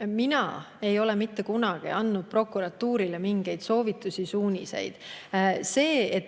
Mina ei ole mitte kunagi andnud prokuratuurile mingeid soovitusi ega suuniseid.